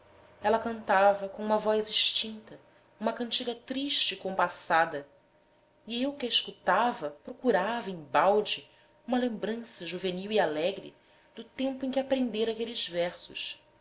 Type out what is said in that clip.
ela cantava com uma voz extinta uma cantiga triste e compassada e eu que a escutava procurava embalde uma lembrança juvenil e alegre do tempo em que aprendera aqueles versos